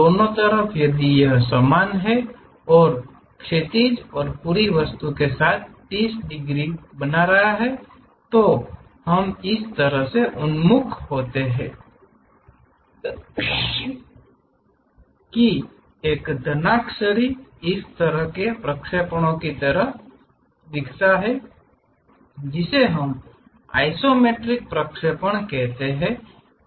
दोनों तरफ यदि यह समान है और क्षैतिज और पूरी वस्तु के साथ 30 डिग्री बना रहा है तो हम इस तरह से उन्मुख होते हैं कि एक घनाक्षरी इस तरह के प्रक्षेपण की तरह दिखता है जिसे हम आइसोमेट्रिक प्रक्षेपण कहते हैं